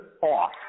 off